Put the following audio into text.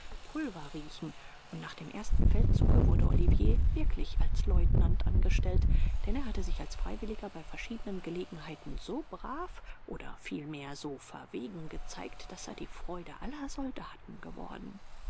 pulver riechen und nach dem ersten feldzuge wurde olivier wirklich als leutnant angestellt denn er hatte sich als freiwilliger bei verschiedenen gelegenheiten so brav oder vielmehr so verwegen gezeigt daß er die freude aller soldaten geworden